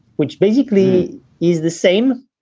which basically is the same,